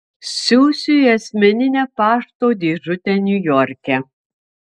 siųsiu į asmeninę pašto dėžutę niujorke